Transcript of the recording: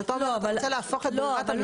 אבל אתה אומר שאתה רוצה להפוך את ברירת המחדל?